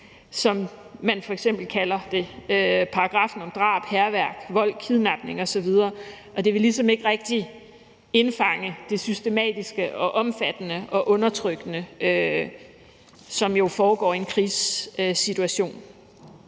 som man f.eks. kalder det, efter paragraffen om drab, hærværk, kidnapning osv. Og det vil ligesom ikke rigtig indfange det systematiske og omfattende og undertrykkende, som jo foregår i en krigssituation.